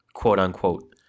quote-unquote